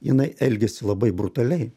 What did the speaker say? jinai elgiasi labai brutaliai